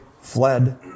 fled